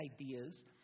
ideas